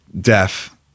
deaf